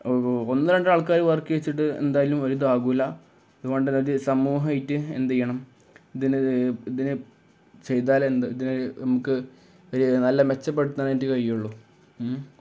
ഒന്നുരണ്ട് ആൾക്കാര് വർക്ക് ചെയ്യിച്ചിട്ട് എന്തായാലും ഒരിതാകില്ല അതുകൊണ്ടുതന്നെ ഒരു സമൂഹമായിട്ട് എന്തെയ്യണം ഇതിന് ഇതിന് ചെയ്താലേ എന്ത് ഇതിനെ നമുക്ക് ഒരു നല്ല മെച്ചപ്പെടുത്താനായിട്ടു കഴിയുകയുള്ളൂ